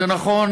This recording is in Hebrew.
אז נכון,